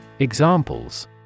Examples